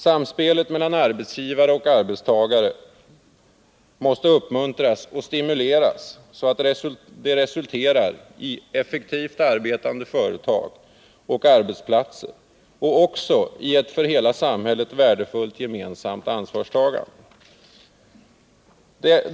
Samspelet mellan arbetsgivare och arbetstagare måste uppmuntras och stimuleras så att det resulterar i effektivt arbetande företag och arbetsplatser och också i ett för hela samhället värdefullt gemensamt ansvarstagande.